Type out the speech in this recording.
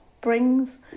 brings